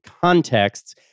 contexts